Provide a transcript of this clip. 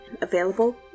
available